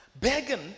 begging